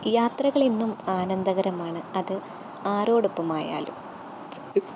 യാത്രകൾ എന്നും ആനന്ദകരമാണ് അത് ആരോടൊപ്പമായാലും